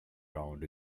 round